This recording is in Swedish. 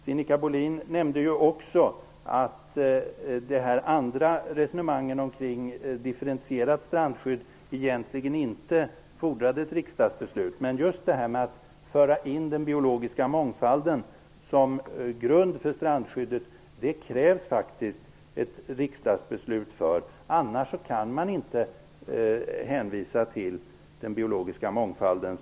Sinikka Bohlin nämnde också att resonemangen om ett differentierat strandskydd egentligen inte fordrar ett riksdagsbeslut. Men det krävs faktiskt ett riksdagsbeslut för att föra in den biologiska mångfalden som grund för strandskyddet. Därförutan kan man inte hänvisa till behovet av biologisk mångfald.